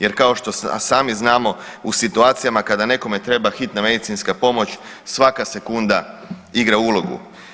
Jer kao što i sami znamo u situacijama kada nekome treba hitna medicinska pomoć svaka sekunda igra ulogu.